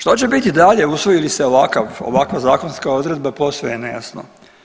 Što će biti dalje usvojili se ovakva zakonska odredba posve je nejasno.